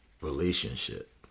relationship